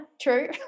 true